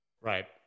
Right